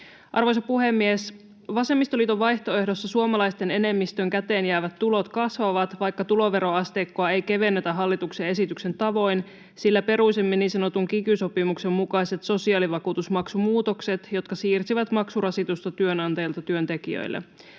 Arvoisa puhemies! Vasemmistoliiton vaihtoehdossa suomalaisten enemmistön käteenjäävät tulot kasvavat, vaikka tuloveroasteikkoa ei kevennetä hallituksen esityksen tavoin, sillä peruisimme niin sanotun kiky-sopimuksen mukaiset sosiaalivakuutusmaksumuutokset, jotka siirsivät maksurasitusta työnantajilta työntekijöille.